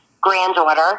granddaughter